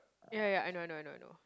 ya ya ya I know I know I know